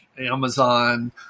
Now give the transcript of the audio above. Amazon